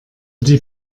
die